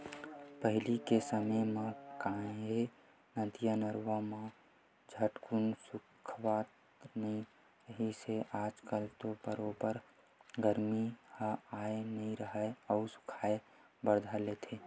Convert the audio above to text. पहिली के समे म काहे नदिया, नरूवा ह झटकून सुखावत नइ रिहिस हे आज कल तो बरोबर गरमी ह आय नइ राहय अउ सुखाय बर धर लेथे